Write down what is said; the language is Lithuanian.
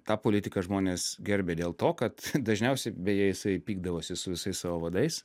tą politiką žmonės gerbė dėl to kad dažniausiai beje jisai pykdavosi su visais savo vadais